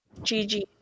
GG